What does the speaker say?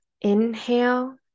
Inhale